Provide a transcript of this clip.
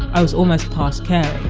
i was almost past caring.